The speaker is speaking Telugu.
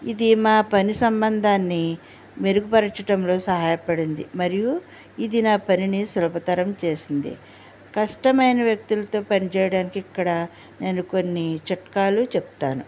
ఇది మా పని సంబంధాన్ని మెరుగుపరచడంలో సహాయపడింది మరియు ఇది నా పనిని సులభతరం చేసింది కష్టమైన వ్యక్తులతో పనిచేయడానికి ఇక్కడ నేను కొన్ని చిట్కాలు చెప్తాను